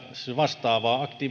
vastaavaa